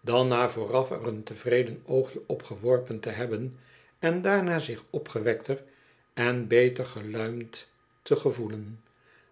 dan na vooraf er een tevreden oogje op geworpen te hebben en daarna zich opgewekter en beter geluimd te gevoelen